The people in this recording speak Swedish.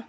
Men